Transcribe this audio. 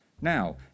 Now